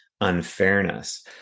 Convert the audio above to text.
unfairness